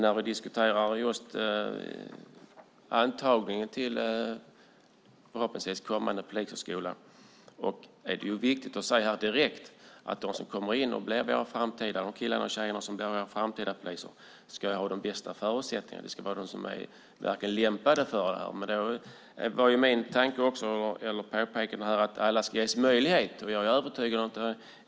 När vi diskuterar just antagningen till en förhoppningsvis kommande polishögskola är det viktigt att direkt säga att de killar och tjejer som kommer in och blir våra framtida poliser ska ha de bästa förutsättningarna och verkligen vara lämpade för det. Det har påpekats här att alla ska ges möjlighet.